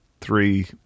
three